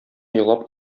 елап